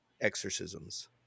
exorcisms